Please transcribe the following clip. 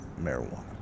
marijuana